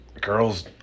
girls